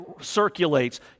circulates